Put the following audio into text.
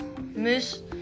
Miss